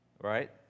right